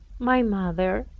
my mother,